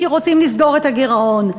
כי רוצים לסגור את הגירעון.